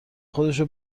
خودشو